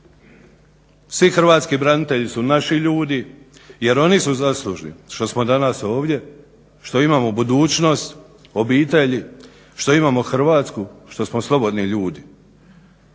Svi hrvatski branitelji su naši ljudi jer oni su zaslužni što smo danas ovdje, što imamo budućnost, obitelj što imamo Hrvatsku, što smo slobodni ljudi.